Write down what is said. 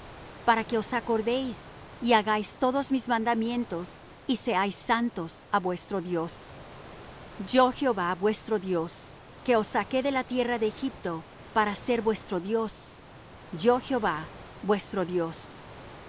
para que os acordéis y hagáis todos mis mandamientos y seáis santos á vuestro dios yo jehová vuestro dios que os saqué de la tierra de egipto para ser vuestro dios yo jehová vuestro dios